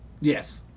Yes